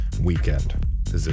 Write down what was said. weekend